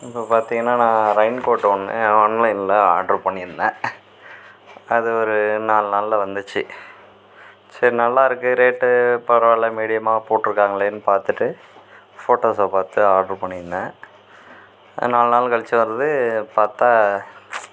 இப்போ பார்த்திங்கனா நான் ரெயின் கோட் ஒன்று ஆன்லைனில் ஆர்டர் பண்ணியிருந்தேன் அது ஒரு நாலு நாள்ல வந்துச்சு சரி நல்லா இருக்குது ரேட் பரவாயில்லை மீடியமாக போட்டிருக்காங்களேனு பார்த்துட்டு ஃபோட்டோஸ்ஸ பார்த்து ஆர்டர் பண்ணியிருந்தேன் நாலு நாள் கழிச்சு வருது பார்த்தா